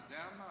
אני יודע מה,